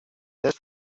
this